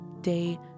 day